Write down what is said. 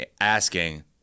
asking